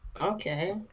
Okay